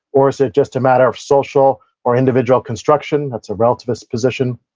or is it just a matter of social or individual construction? that's a relativist position.